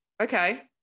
Okay